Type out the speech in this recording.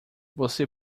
você